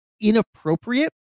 inappropriate